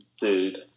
dude